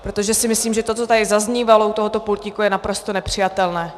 Protože si myslím, že to, co tady zaznívalo u tohoto pultíku, je naprosto nepřijatelné.